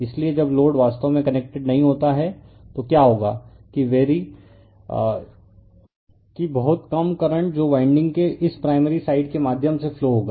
इसलिए जब लोड वास्तव में कनेक्टेड नहीं होता है तो क्या होगा कि बहुत कम करंट जो वाइंडिंग के इस प्राइमरी साइड के माध्यम से फ्लो होगा